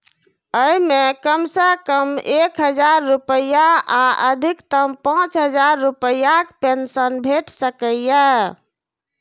अय मे कम सं कम एक हजार रुपैया आ अधिकतम पांच हजार रुपैयाक पेंशन भेटि सकैए